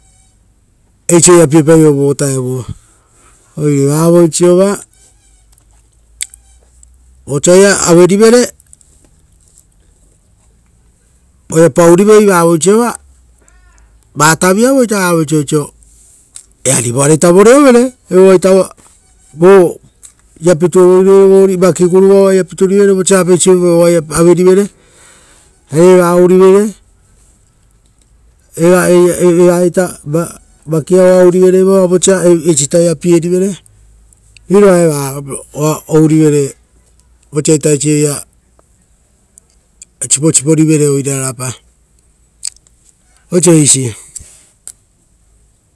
Eisi oira piepaivo vo vutaoia, vosia oira paurivoi vavoisiova vataiviavoita vavoisio osio eari voareita vorevere, evoa vaita vo guruvaia piturivere vaki guruva, vosa apeisi vova oira averivere, oira ourivere, eva vakia oa ourivere vosa eisita oira pierivere. Riroa eva oa gurivere vosa eisita oira siposiporivere oirarapa. Eisi.